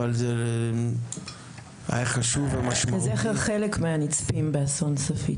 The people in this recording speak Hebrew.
אבל היה חשוב ומשמעותי --- לזכר חלק מהנספים באסון צפית.